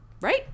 Right